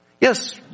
Yes